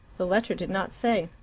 the letter did not say.